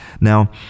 Now